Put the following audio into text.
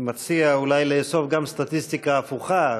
הייתי מציע אולי לאסוף גם סטטיסטיקה הפוכה.